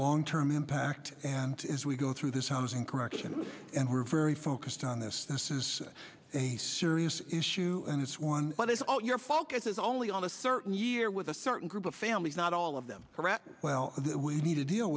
long term impact and as we go through this housing correction and we're very focused on this this is a serious issue and it's one that is all your focus is only on a certain year with a certain group of families not all of them well we need to deal